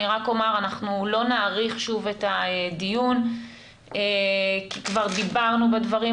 אני רק אומר שאנחנו לא נאריך את הדיון כי כבר דיברנו בדברים,